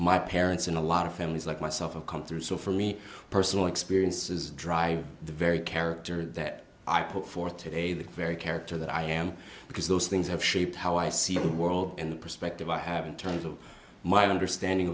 my parents and a lot of families like myself have come through so for me personal experiences drive the very character that i put forth today the very character that i am because those things have shaped how i see the world and the perspective i haven't turned to my understanding